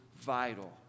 vital